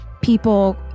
people